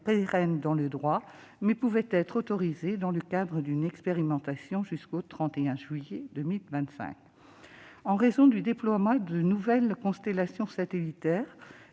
pérenne dans le droit, mais qu'elle pouvait être autorisée dans le cadre d'une expérimentation jusqu'au 31 juillet 2025. En raison du déploiement de nouvelles constellations satellitaires